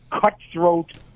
cutthroat